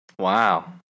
Wow